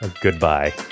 Goodbye